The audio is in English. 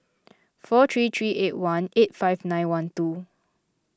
four three three eight one eight five nine one two